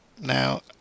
now